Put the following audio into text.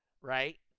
Right